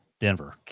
Denver